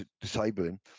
disabling